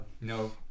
No